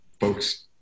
folks